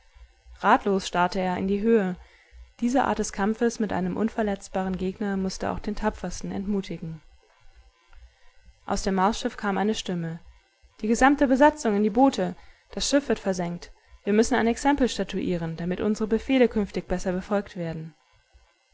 ratlos starrte er in die höhe diese art des kampfes mit einem unverletzbaren gegner mußte auch den tapfersten entmutigen aus dem marsschiff kam eine stimme die gesamte besatzung in die boote das schiff wird versenkt wir müssen ein exempel statuieren damit unsre befehle künftig besser befolgt werden